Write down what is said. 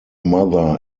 mother